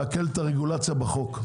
אתם צריכים להקן את הרגולציה בחוק.